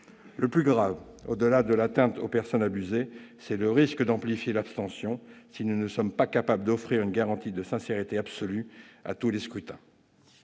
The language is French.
Le plus grave, au-delà de l'atteinte aux personnes abusées, c'est le risque d'amplifier l'abstention si nous ne sommes pas capables de garantir la sincérité absolue de tous les scrutins.